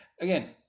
Again